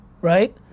right